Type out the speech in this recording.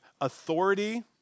authority